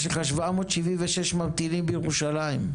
יש לך 776 ממתינים בירושלים.